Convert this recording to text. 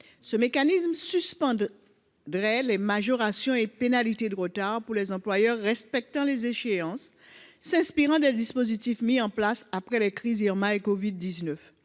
Ce mécanisme suspendrait les majorations et pénalités de retard pour les employeurs respectant les échéances. Il s’inspire des dispositifs appliqués après les crises Irma et covid 19.